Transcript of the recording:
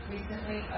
Recently